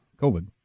COVID